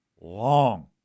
long